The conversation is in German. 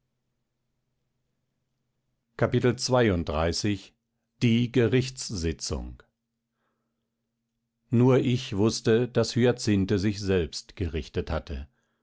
klabund nur ich wußte daß hyacinthe sich selbst gerichtet hatte